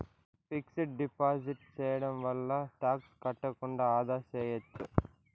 fixed deposit సేయడం వల్ల tax కట్టకుండా ఆదా సేయచ్చు